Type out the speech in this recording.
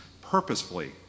purposefully